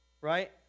right